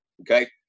Okay